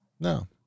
No